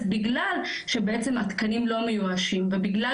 אז בגלל שבעצם התקנים לא מאוישים ובגלל